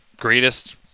greatest